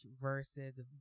versus